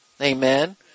Amen